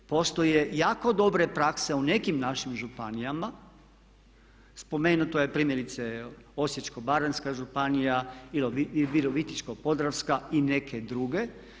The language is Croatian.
Postoje jako dobre prakse u nekim našim županijama, spomenuto je primjerice Osječko-baranjska županija i Virovitičko podravska i neke druge.